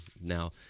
now